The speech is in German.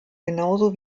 genauso